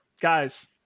guys